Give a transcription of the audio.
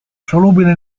solubile